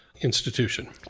institution